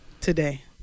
Today